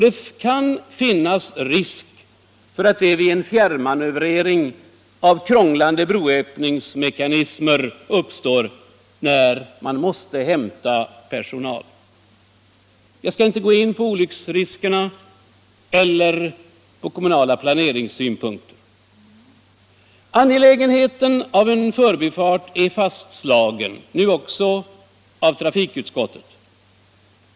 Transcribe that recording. Det kan finnas risk för det vid en fjärrmanövrering av krånglande broöppningsmekanismer när personal måste hämtas. Jag skall inte gå in på vare sig olycksrisker eller kommunala planeringssynpunkter. Angelägenheten av en förbifart är fastslagen, nu också av utskottet.